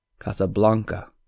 Casablanca